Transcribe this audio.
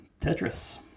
Tetris